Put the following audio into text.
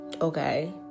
okay